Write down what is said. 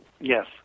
Yes